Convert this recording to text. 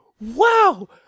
Wow